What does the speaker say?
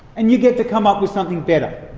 and you get to come up with something better.